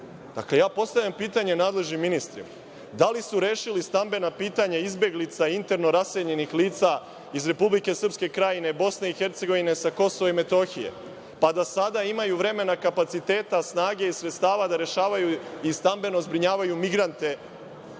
asistenta. Postavljam pitanje nadležnim ministrima – da li su rešili stambena pitanja izbeglica, interno raseljenih lica iz Republike Srpske Krajine, Bosne i Hercegovine, sa Kosova i Metohije, pa da sada imaju vremena i kapaciteta, snage i sredstava da rešavaju i stambeno zbrinjavaju migrante?